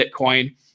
Bitcoin